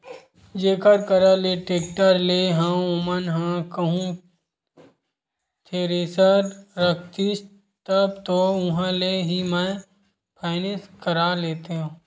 जेखर करा ले टेक्टर लेय हव ओमन ह कहूँ थेरेसर रखतिस तब तो उहाँ ले ही मैय फायनेंस करा लेतेव